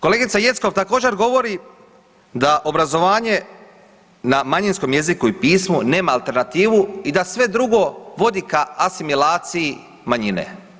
Kolegica Jeckov također govori da obrazovanje na manjinskom jeziku i pismu nema alternativu i da sve drugo vodi ka asimilaciji manjine.